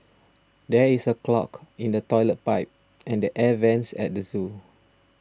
there is a clog in the Toilet Pipe and the Air Vents at the zoo